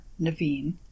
Naveen